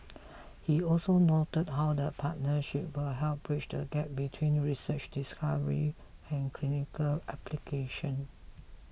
he also noted how the partnership will help bridge the gap between research discovery and clinical application